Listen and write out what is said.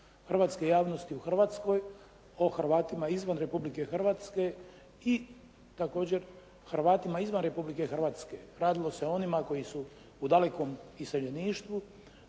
hrvatske javnosti u Hrvatskoj, o Hrvatima izvan Republike Hrvatske i također Hrvatima izvan Republike Hrvatske. Radilo se o onima koji su u dalekom iseljeništvu